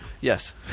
Yes